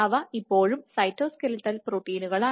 അവ ഇപ്പോഴും സൈറ്റോസ്ക്ലെറ്റൽ പ്രോട്ടീനുകളാണ്